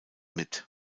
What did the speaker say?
mit